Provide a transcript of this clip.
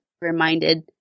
reminded